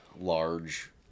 large